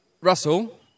Russell